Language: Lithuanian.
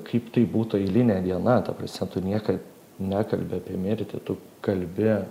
kaip tai būtų eilinė diena ta prasme tu nieka nekalbi apie mirtį tu kalbi